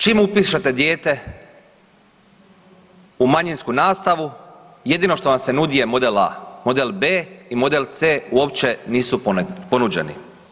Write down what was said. Čim upišete dijete u manjinsku nastavu jedino što vam se nudi je model A. Model B i model C uopće nisu ponuđeni.